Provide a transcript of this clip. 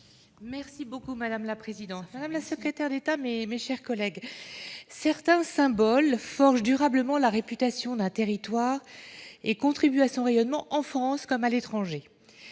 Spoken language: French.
l'alimentation. Madame la présidente, madame la secrétaire d'État, mes chers collègues, certains symboles forgent durablement la réputation d'un territoire et contribuent à son rayonnement, en France comme à l'étranger.